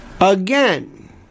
Again